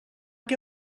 què